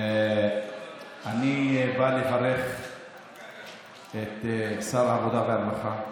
אני בא לברך את שר העבודה והרווחה,